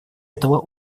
этого